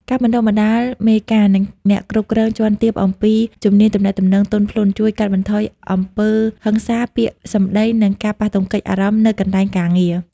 ការបណ្តុះបណ្តាលមេការ និងអ្នកគ្រប់គ្រងជាន់ទាបអំពីជំនាញទំនាក់ទំនងទន់ភ្លន់ ជួយកាត់បន្ថយអំពើហិង្សាពាក្យសម្ដី និងការប៉ះទង្គិចអារម្មណ៍នៅកន្លែងការងារ។